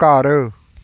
ਘਰ